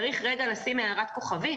צריך לרגע לשים הערת כוכבית,